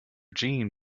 jean